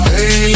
Hey